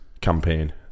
campaign